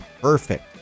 perfect